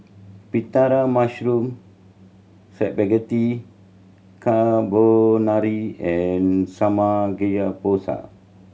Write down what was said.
Pita Mushroom Spaghetti Carbonara and Samgyeopsal